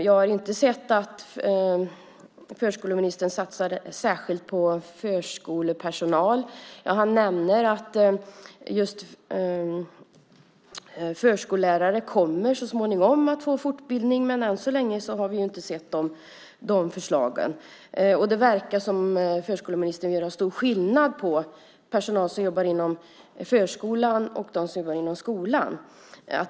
Jag har inte sett att förskoleministern satsar särskilt på förskolepersonal. Han nämner att förskollärare kommer att få fortbildning så småningom. Än så länge har vi inte sett de förslagen. Det verkar som om förskoleministern gör stor skillnad mellan personal som jobbar inom förskolan och personal som jobbar inom skolan.